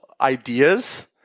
ideas